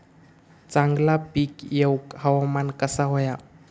चांगला पीक येऊक हवामान कसा होया?